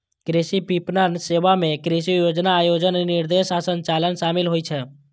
कृषि विपणन सेवा मे कृषि योजना, आयोजन, निर्देशन आ संचालन शामिल होइ छै